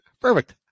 perfect